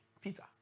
peter